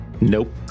Nope